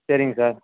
சரிங்க சார்